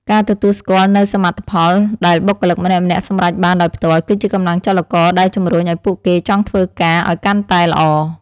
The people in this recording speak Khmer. ការទទួលស្គាល់នូវសមិទ្ធផលដែលបុគ្គលិកម្នាក់ៗសម្រេចបានដោយផ្ទាល់ គឺជាកម្លាំងចលករដែលជំរុញឱ្យពួកគេចង់ធ្វើការឱ្យកាន់តែល្អ។